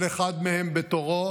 כל אחד מהם בתורו